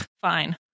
Fine